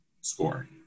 score